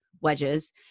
wedges